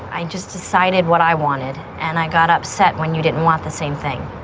i just decided what i wanted and i got upset when you didn't want the same thing.